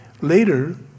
later